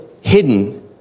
hidden